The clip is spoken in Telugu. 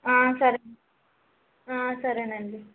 ఆ సరే ఆ సరే అండి